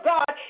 God